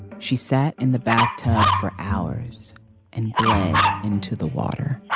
she sat in the bathtub for hours and bled into the water